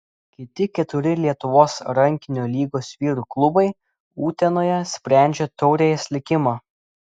kiti keturi lietuvos rankinio lygos vyrų klubai utenoje sprendžia taurės likimą